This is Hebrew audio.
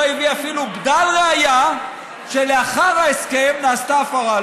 הביא אפילו בדל ראיה שלאחר ההסכם נעשתה הפרה.